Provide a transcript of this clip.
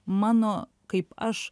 mano kaip aš